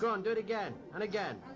go on, do it again. and again!